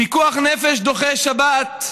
פיקוח נפש דוחה שבת,